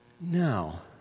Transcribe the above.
Now